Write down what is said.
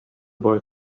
boy